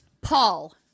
Paul